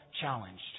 challenged